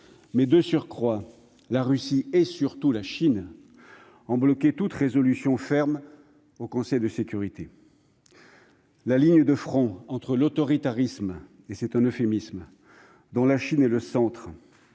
mais la Russie et surtout la Chine ont de surcroît bloqué toute résolution ferme au Conseil de sécurité : la ligne de front entre l'autoritarisme- et c'est un euphémisme -dont la Chine est le centre,